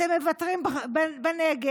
אתם מוותרים בנגב,